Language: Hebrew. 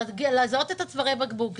לזהות את צווארי הבקבוק,